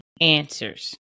answers